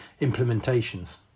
implementations